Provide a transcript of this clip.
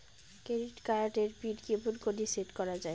Credit card এর pin কেমন করি সেট করা য়ায়?